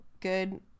good